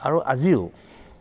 আৰু আজিও